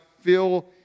feel